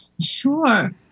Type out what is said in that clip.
Sure